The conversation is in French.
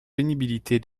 pénibilité